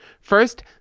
First